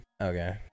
Okay